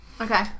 Okay